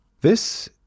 This